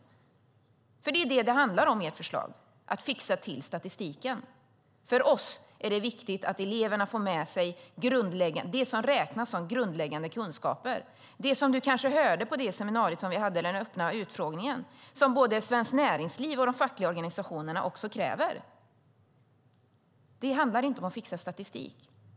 Det är det som ert förslag handlar om, att fixa till statistiken. För oss är det viktigt att eleverna får med sig det som räknas som grundläggande kunskaper. Du kanske hörde om det på det seminarium som vi hade, den öppna utfrågningen. Det är det som både Svenskt Näringsliv och de fackliga organisationerna kräver. Det handlar inte om att fixa statistik.